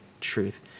truth